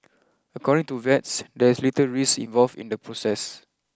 according to vets there is little risk involved in the process